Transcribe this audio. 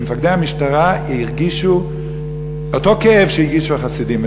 שמפקדי המשטרה הרגישו אותו כאב שהרגישו החסידים.